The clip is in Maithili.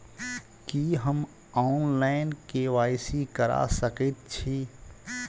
की हम ऑनलाइन, के.वाई.सी करा सकैत छी?